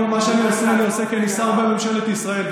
את מה שאני עושה אני עושה כי אני שר בממשלת ישראל,